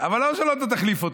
אבל למה שאתה לא תחליף אותו?